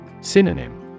Synonym